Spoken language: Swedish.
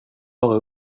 bara